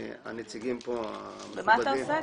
הנציגים פה המכובדים --- ומה אתה עושה,